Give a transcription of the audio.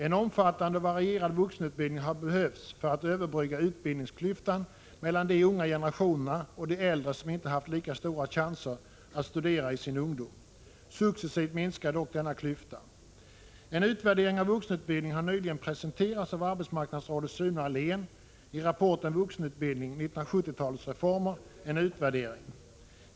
En omfattande och varierad vuxenutbildning har behövts för att överbrygga utbildningsklyftan mellan de unga generationerna och de äldre som inte haft lika stora chanser att studera i sin ungdom. Successivt minskar dock denna klyfta. En utvärdering av vuxenutbildningen har nyligen presenterats av arbetsmarknadsrådet Sune Ahlén i rapporten Vuxenutbildning 1970-talets reformer — en utvärdering.